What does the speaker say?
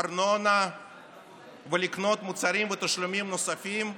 ארנונה ולקנות מוצרים ותשלומים נוספים,